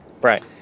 Right